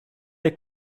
der